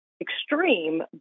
extreme